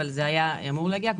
אבל זה היה אמור להגיע.